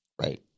Right